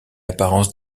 apparence